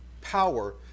power